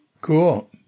Cool